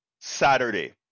Saturday